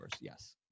Yes